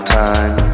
time